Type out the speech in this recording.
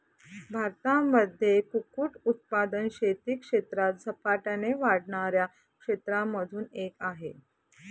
भारतामध्ये कुक्कुट उत्पादन शेती क्षेत्रात झपाट्याने वाढणाऱ्या क्षेत्रांमधून एक आहे